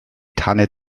tanne